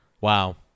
Wow